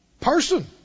person